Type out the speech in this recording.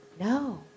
No